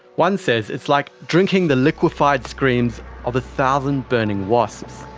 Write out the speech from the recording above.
one says it's like drinking the liquefied screams of a thousand burning wasps.